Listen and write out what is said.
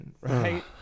right